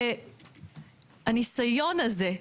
הניסיון הזה,